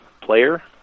player